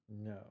No